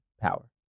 power